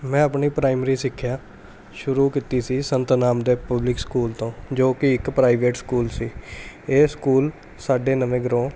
ਮੈਂ ਆਪਣੀ ਪ੍ਰਾਇਮਰੀ ਸਿੱਖਿਆ ਸ਼ੁਰੂ ਕੀਤੀ ਸੀ ਸੰਤ ਨਾਮਦੇਵ ਪਬਲਿਕ ਸਕੂਲ ਤੋਂ ਜੋ ਕਿ ਇੱਕ ਪ੍ਰਾਈਵੇਟ ਸਕੂਲ ਸੀ ਇਹ ਸਕੂਲ ਸਾਡੇ ਨਵੇਂ ਗਰਾਂਓ